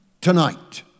Tonight